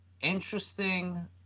interesting